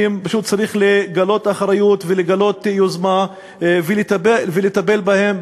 צריך לגלות אחריות ויוזמה ולטפל בהם,